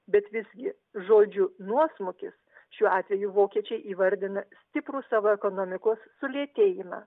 bet visgi žodžiu nuosmukis šiuo atveju vokiečiai įvardina stiprų savo ekonomikos sulėtėjimą